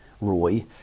Roy